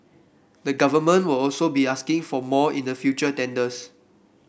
the Government will also be asking for more in the future tenders